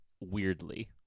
Weirdly